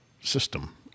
system